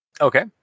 Okay